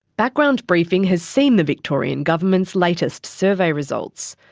background briefing has seen the victorian government's latest survey results.